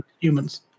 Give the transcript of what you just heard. humans